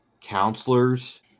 counselors